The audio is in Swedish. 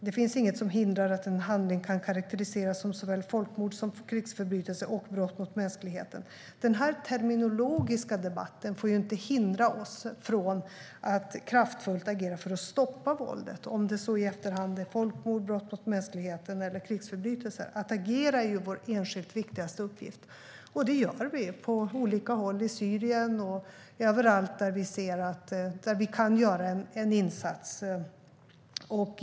Det finns inget som hindrar att en handling kan karakteriseras som såväl folkmord som krigsförbrytelse och brott mot mänskligheten. Den terminologiska debatten får inte hindra oss från att kraftfullt agera för att stoppa våldet, om det så i efterhand betecknas som folkmord, brott mot mänskligheten eller krigsförbrytelse. Att agera är vår enskilt viktigaste uppgift. Och det gör vi på olika håll, i Syrien och överallt där vi ser att vi kan göra en insats.